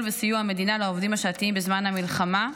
וסיוע המדינה לעובדים השעתיים בזמן המלחמה.